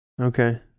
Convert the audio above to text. okay